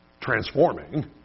transforming